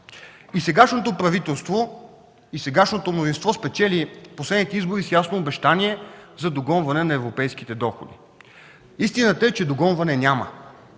и сегашното мнозинство спечелиха последните избори с ясно обещание за догонване на европейските доходи. Истината е, че догонване няма.